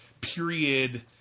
period